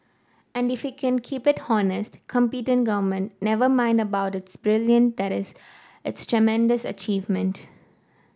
and if we can keep it honest competent government never mind about its brilliant that is a tremendous achievement